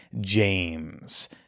James